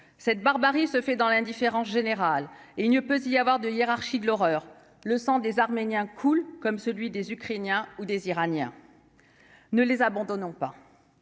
cette barbarie se fait dans l'indifférence générale et il ne peut y avoir de hiérarchie de l'horreur le sang des Arméniens cool comme celui des Ukrainiens ou des Iraniens ne les abandonnons pas